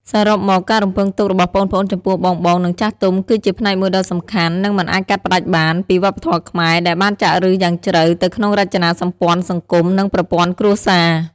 សរុបមក ការរំពឹងទុករបស់ប្អូនៗចំពោះបងៗ និងចាស់ទុំ គឺជា ផ្នែកមួយដ៏សំខាន់ និងមិនអាចកាត់ផ្ដាច់បាន ពីវប្បធម៌ខ្មែរ ដែលបានចាក់ឫសយ៉ាងជ្រៅទៅក្នុងរចនាសម្ព័ន្ធសង្គម និងប្រព័ន្ធគ្រួសារ។